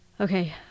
okay